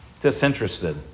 disinterested